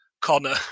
Connor